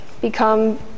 become